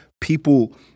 people